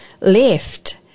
left